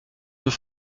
deux